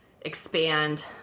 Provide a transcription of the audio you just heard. expand